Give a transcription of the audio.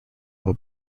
will